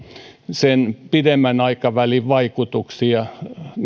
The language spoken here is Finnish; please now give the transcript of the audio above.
sen pidemmän aikavälin vaikutuksia